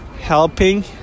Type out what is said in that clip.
helping